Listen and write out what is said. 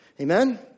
Amen